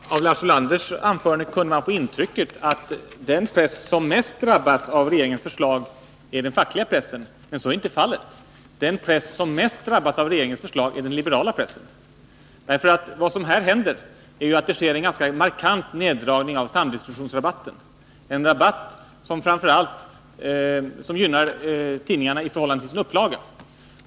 Herr talman! Av Lars Ulanders anförande kunde man få intrycket att den press som mest drabbas av regeringens förslag är den fackliga pressen, men så ärinte fallet. Den press som mest drabbas är den liberala pressen. Det blir en ganska markant neddragning av samdistributionsrabatten, en rabatt som gynnar tidningarna i förhållande till deras upplaga.